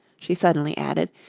she suddenly added,